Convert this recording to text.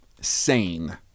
Sane